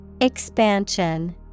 Expansion